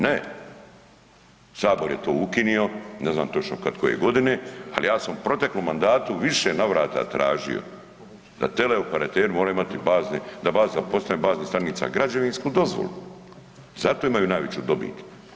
Ne, Sabor je to ukinuo, ne znam točno kad koje godine ali ja sam u proteklom mandatu u više navrata tražio da teleoperateri moraju imati bazne, da bazne postaje, baznih stanica građevinsku dozvolu, zato imaju najveću dobit.